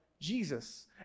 Jesus